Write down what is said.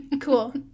Cool